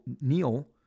Neil